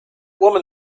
woman